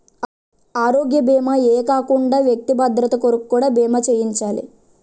ఆరోగ్య భీమా ఏ కాకుండా వ్యక్తి భద్రత కొరకు కూడా బీమా చేయించాలి